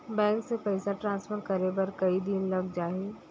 Bank से पइसा transfer करे बर कई दिन लग जाही?